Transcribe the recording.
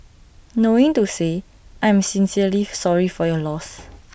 knowing to say I am sincerely sorry for your loss